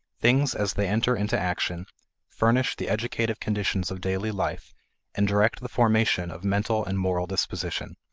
things as they enter into action furnish the educative conditions of daily life and direct the formation of mental and moral disposition.